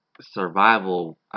survival